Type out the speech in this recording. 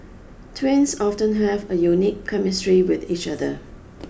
twins often have a unique chemistry with each other